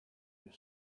your